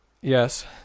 Yes